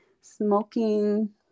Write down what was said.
smoking